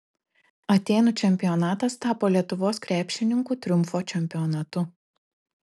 atėnų čempionatas tapo lietuvos krepšininkų triumfo čempionatu